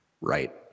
right